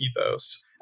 ethos